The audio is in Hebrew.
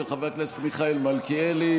של חבר הכנסת מיכאל מלכיאלי,